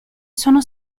sono